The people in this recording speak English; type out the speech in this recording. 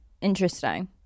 Interesting